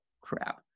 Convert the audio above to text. crap